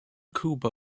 cuba